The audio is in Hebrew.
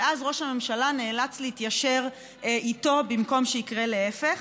ואז ראש הממשלה נאלץ להתיישר איתו במקום שיקרה להפך.